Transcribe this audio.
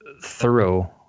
thorough